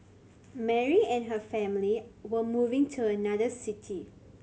Mary and her family were moving to another city